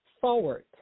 forward